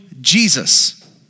Jesus